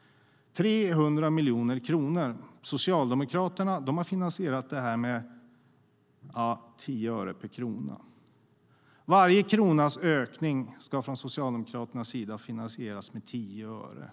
- 300 miljoner kronor! Socialdemokraterna har finansierat det med 10 öre per krona. Varje kronas ökning ska från Socialdemokraternas sida finansieras med 10 öre.